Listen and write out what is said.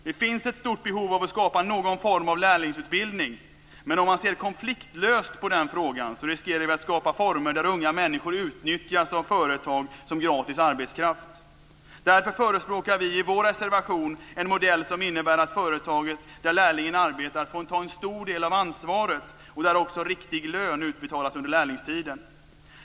Det finns ett stort behov av att skapa någon form av lärlingsutbildning, men om vi ser konfliktlöst på den frågan riskerar vi att skapa former där unga människor utnyttjas av företag som gratis arbetskraft. Därför förespråkar vi i vår reservation en modell som innebär att företaget där lärlingen arbetar får ta en stor del av ansvaret och där också riktig lön utbetalas under lärlingstiden.